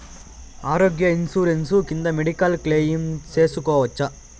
ఆరోగ్య ఇన్సూరెన్సు కింద medical claim సేసుకోవచ్చా?